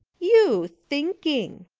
you thinking!